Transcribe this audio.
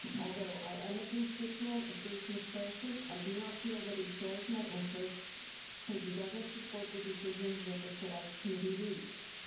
although i am a constituent of bruce mcpherson, i do not feel that he shares my interests since he doesn't support the decisions that the select committee reached.